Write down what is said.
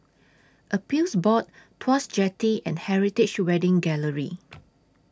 Appeals Board Tuas Jetty and Heritage Wedding Gallery